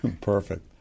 perfect